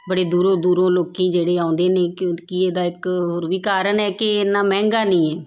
ਬੜੀ ਦੂਰੋਂ ਦੂਰੋਂ ਲੋਕ ਜਿਹੜੇ ਆਉਂਦੇ ਨੇ ਕਿਉਂਕਿ ਇਹਦਾ ਇੱਕ ਹੋਰ ਵੀ ਕਾਰਨ ਹੈ ਕਿ ਇੰਨਾ ਮਹਿੰਗਾ ਨਹੀਂ ਹੈ